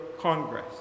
Congress